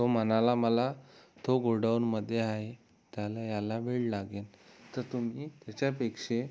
तो म्हणाला मला तो गोडाऊनमध्ये आहे त्याला यायला वेळ लागेल तर तुम्ही त्याच्यापेक्षा